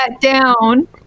down